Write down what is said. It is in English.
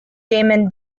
damon